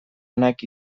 onak